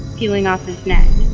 peeling off his neck